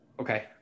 okay